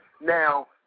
Now